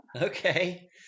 Okay